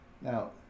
Now